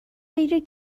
بگیرید